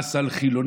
מס על חילונים,